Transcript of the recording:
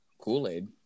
Kool-Aid